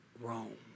Rome